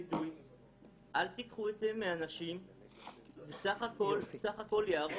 עבד אל חכים חאג' יחיא (הרשימה המשותפת): בוועדת הכלכלה עישנו.